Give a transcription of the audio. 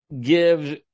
give